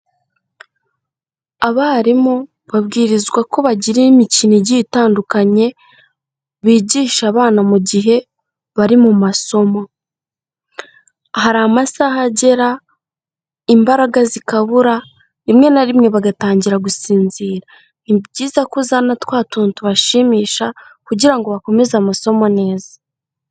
Abarimu; babwirizwa ko bagira imikino igiye itandukanye, bigisha abana mu gihe, bari mu masomo, hari amasaha agera, imbaraga zikabura, rimwe na rimwe bagatangira gusinzira, nibyiza ko uzana twa tuntu tubashimisha, kugira ngo bakomeze amasomo neza.